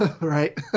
Right